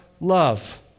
love